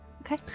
Okay